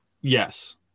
Yes